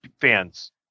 fans